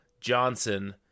Johnson